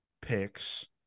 picks